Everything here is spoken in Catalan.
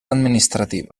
administrativa